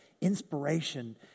inspiration